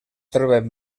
troben